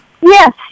Yes